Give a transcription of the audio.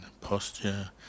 posture